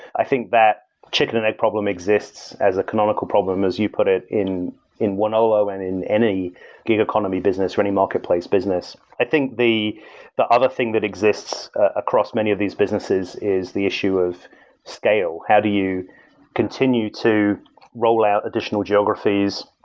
i think that chicken and egg problem exists as a canonical problem, as you put it, in in wonolo and in any gig economy business or any marketplace business. i think the the other thing that exist across many of these businesses is the issue of scale. how do you continue to rollout additional geographies?